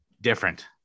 different